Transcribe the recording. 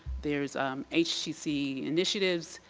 there's hgc initiatives,